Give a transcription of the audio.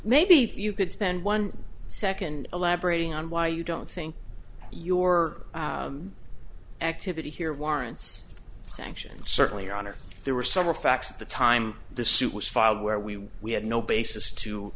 maybe if you could spend one second elaborating on why you don't think your activity here warrants sanctions certainly your honor there were several facts at the time the suit was filed where we we had no basis to